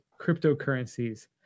cryptocurrencies